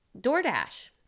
DoorDash